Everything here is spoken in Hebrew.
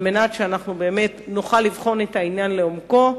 על מנת שאנחנו באמת נוכל לבחון את העניין לעומקו,